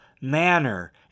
manner